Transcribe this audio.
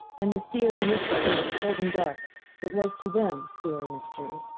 and the fear and mystery of the cold and dark that was to them fear and mystery.